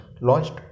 launched